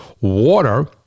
water